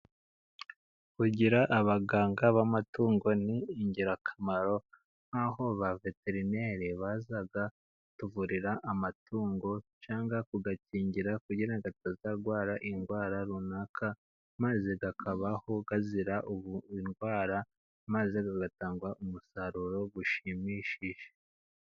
Kugira abaganga b'amatungo ni ingirakamaro, nk'aho ba veterineri baza kutuvurira amatungo, cyangwa kuyakingira kugira atazarwara indwara runaka, maze akabaho azira indwara, maze bigatanga umusaruro ushimishije.